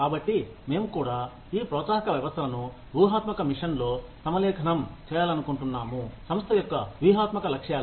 కాబట్టి మేము కూడా ఈ ప్రోత్సాహక వ్యవస్థలను ఊహాత్మక మిషన్తో సమలేఖనం చేయాలనుకుంటున్నాము సంస్థ యొక్క వ్యూహాత్మక లక్ష్యాలు